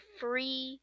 free